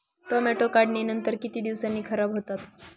Tomato काढणीनंतर किती दिवसांनी खराब होतात?